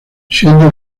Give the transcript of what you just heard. siendo